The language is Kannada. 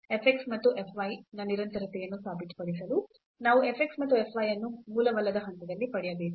f x ಮತ್ತು f y ನ ನಿರಂತರತೆಯನ್ನು ಸಾಬೀತುಪಡಿಸಲು ನಾವು f x ಮತ್ತು f y ಅನ್ನು ಮೂಲವಲ್ಲದ ಹಂತದಲ್ಲಿ ಪಡೆಯಬೇಕು